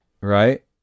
Right